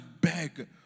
beg